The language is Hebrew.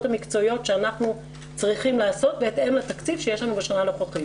המקצועיות שאנחנו צריכים לעשות בהתאם לתקציב שיש לנו בשנה הנוכחית.